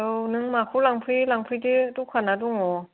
औ नों माखौ लांफैयो लांफैदो दखाना दङ